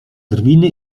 drwiny